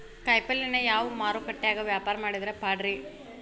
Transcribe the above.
ಕಾಯಿಪಲ್ಯನ ಯಾವ ಮಾರುಕಟ್ಯಾಗ ವ್ಯಾಪಾರ ಮಾಡಿದ್ರ ಪಾಡ್ರೇ?